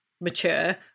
mature